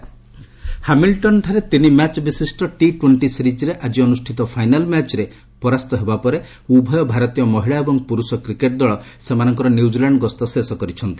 cricket ହାମିଲ୍ଟନ୍ଠାରେ ତିନି match ବିଶିଷ୍ଟ ଟି ଟ୍ୱେଣ୍ଟି ସିରିଜ୍ର ଆଜି ଅନୁଷ୍ଠିତ ଫାଇନାଲ୍ ମ୍ୟାଚ୍ରେ ପରାସ୍ତ ହେବା ପରେ ଉଭୟ ଭାରତୀୟ ମହିଳା ଏବଂ ପୁରୁଷ କ୍ରିକେଟ ଦଳ ସେମାନଙ୍କର ନ୍ୟୁଜିଲ୍ୟାଣ୍ଡ ଗସ୍ତ ଶେଷ କରିଛନ୍ତି